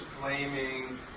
blaming